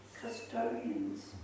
custodians